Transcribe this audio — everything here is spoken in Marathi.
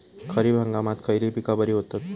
खरीप हंगामात खयली पीका बरी होतत?